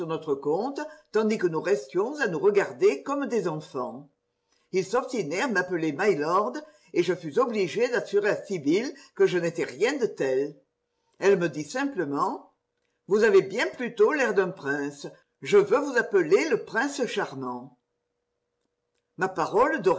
notre compte tandis que nous restions à nous regarder comme des enfants ils sortaient à m'appeler my lord et je fus obligé d'assurer à sibyl que je n'étais rien de tel elle me dit simplement vous avez bien plutôt l'air d'un prince je veux vous appeler le prince charmant ma parole